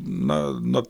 na nuo